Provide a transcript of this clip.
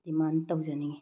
ꯗꯤꯃꯥꯟ ꯇꯧꯖꯅꯤꯡꯏ